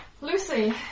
Lucy